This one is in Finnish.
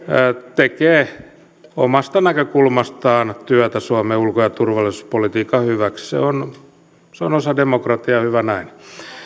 tekee omasta näkökulmastaan työtä suomen ulko ja turvallisuuspolitiikan hyväksi se on se on osa demokratiaa ja hyvä näin